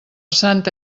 santa